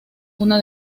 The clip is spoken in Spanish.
una